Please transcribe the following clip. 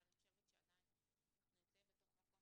אבל אני חושבת שעדיין אנחנו נמצאים במקום